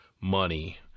money